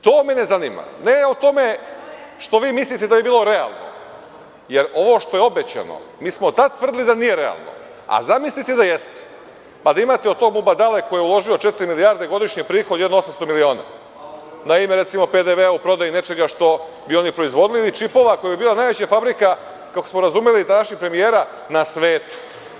To mene zanima, ne o tome što vi mislite da je bilo realno, jer ovo što je obećano tada smo tvrdili da nije realno, a zamislite da jeste, pa da imate od tog „Mubadale“, koji je uloži četiri milijarde godišnji prihod 800 miliona na ime, recimo, PDV od prodaje nečega što bi oni proizvodili ili čipova koja bi bila najveća fabrika, kako smo razumeli premijera, na svetu.